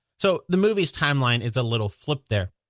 so the movie's timeline is a little flipped there.